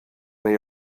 may